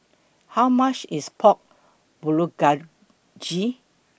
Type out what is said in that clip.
How much IS Pork Bulgogi